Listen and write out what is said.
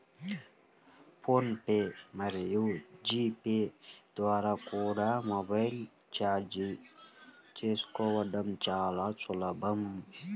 phone pay మరియు GPay ద్వారా కూడా మొబైల్ రీఛార్జి చేసుకోవడం చాలా సులభం